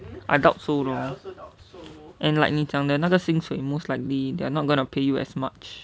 I doubt so lor and like 你讲的那个薪水 most likely they're not gonna pay you as much